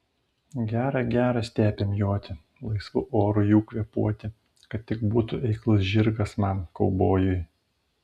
gera gera stepėm joti laisvu oru jų kvėpuoti kad tik būtų eiklus žirgas man kaubojui